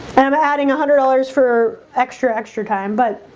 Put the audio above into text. and i'm adding a hundred dollars for extra extra time, but